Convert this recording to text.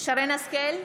שרן מרים השכל,